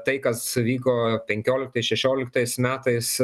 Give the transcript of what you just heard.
tai kas vyko penkioliktais šešioliktais metais